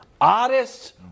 oddest